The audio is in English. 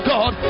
God